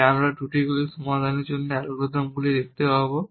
যে আমরা ত্রুটিগুলি সমাধানের জন্য অ্যালগরিদমগুলি দেখতে পাব